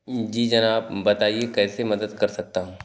जी जनाब बताइए कैसे मदद कर सकता हूँ